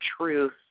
truth